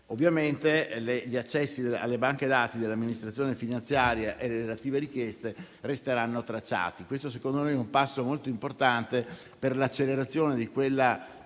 Ovviamente, gli accessi alle banche dati dell'amministrazione finanziaria e le relative richieste resteranno tracciati. Questo secondo me è un passo molto importante ai fini dell'accelerazione della